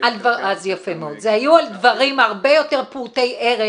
זה היו על דברים הרבה יותר פעוטי ערך,